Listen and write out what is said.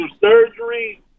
surgery